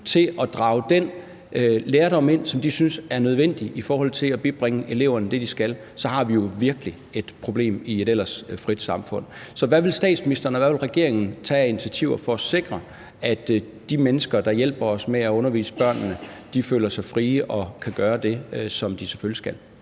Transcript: til at drage den lærdom ind, som de synes er nødvendig i forhold til at bibringe eleverne det, de skal, så har vi jo virkelig et problem i et ellers frit samfund. Så hvad vil statsministeren, og hvad vil regeringen tage af initiativer for at sikre, at de mennesker, der hjælper os med at undervise børnene, føler sig frie og kan gøre det, som de selvfølgelig skal?